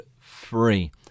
free